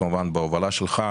כמובן בהובלה שלך,